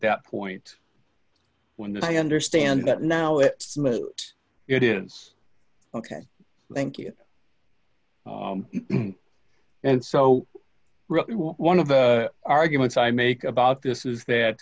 that point when the i understand that now if it is ok thank you and so one of the arguments i make about this is that